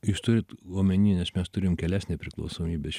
jūs turit omeny nes mes turim kelias nepriklausomybes